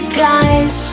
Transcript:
guys